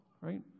right